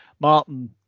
Martin